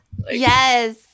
Yes